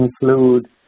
include